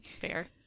Fair